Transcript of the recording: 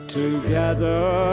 together